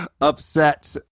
upset